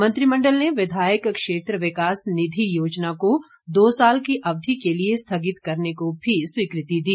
मंत्रिमंडल ने विधायक क्षेत्र विकास निधि योजना को दो साल की अवधि के लिए स्थगित करने को भी स्वीकृति दी